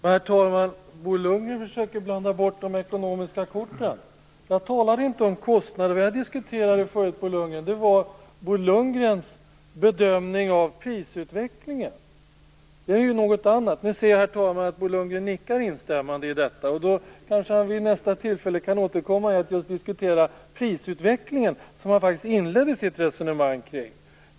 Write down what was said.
Herr talman! Bo Lundgren försöker blanda bort de ekonomiska korten. Jag talade inte om kostnader. Vad jag diskuterade förut var Bo Lundgrens bedömning av prisutvecklingen, och det är ju något annat. Nu ser jag, herr talman, att Bo Lundgren nickar instämmande i detta. Då kanske han vid nästa tillfälle kan återkomma till att diskutera prisutvecklingen, som han faktiskt inledde sitt resonemang kring.